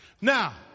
Now